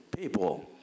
people